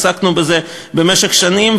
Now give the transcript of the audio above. עסקנו בזה במשך שנים,